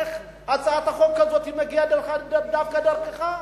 איך הצעת החוק הזאת מגיעה דווקא דרכך.